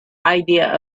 idea